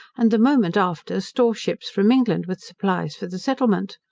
and the moment after storeships from england, with supplies for the settlement.